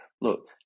look